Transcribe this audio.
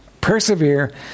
persevere